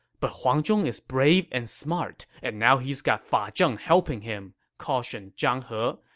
but huang zhong is brave and smart, and now he's got fa ah zheng helping him, cautioned zhang he,